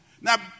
Now